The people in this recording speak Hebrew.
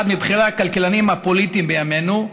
אחד מבכירי הכלכלנים הפוליטיים בימינו,